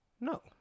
No